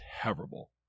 terrible